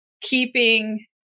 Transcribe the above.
keeping